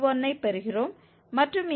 6531ஐ பெறுகிறோம் மற்றும் இங்கே fxk0